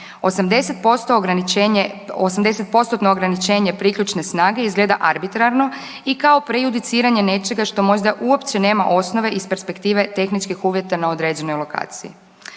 80%-tno ograničenje priključne snage izgleda arbitrarno i kao prejudiciranje nečega što možda uopće nema osnove iz perspektive tehničkih uvjeta na određenoj lokaciji.